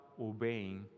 obeying